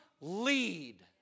lead